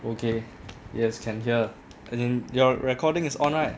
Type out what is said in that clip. okay yes can hear as in your recording is on right